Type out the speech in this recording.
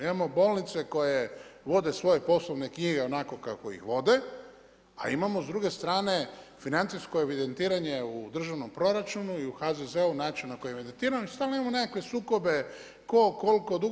Imamo bolnice koje vode svoje poslovne knjige onako kako ih vode a imamo s druge strane financijsko evidentiranje u državnom proračunu i u HZZ-u način na koji je evidentirano i stalno imamo nekakve sukobe, tko, koliko dugo.